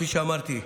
כפי שאמרתי,